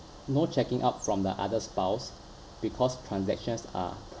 no checking up from the other spouse because transactions are